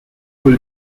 equal